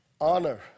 Honor